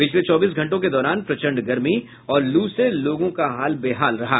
पिछले चौबीस घंटों के दौरान प्रचंड गर्मी और लू से लोगों का हाल बेहाल रहा